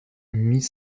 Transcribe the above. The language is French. mille